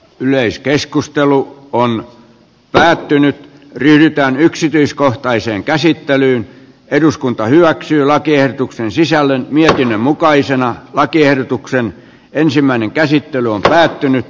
yleiskeskustelu oli päättynyt vyötään yksityiskohtaiseen käsittelyyn eduskunta hyväksyy lakiehdotuksen sisällön mietinnön mukaisena lakiehdotuksen ensimmäinen käsittely on kannattaa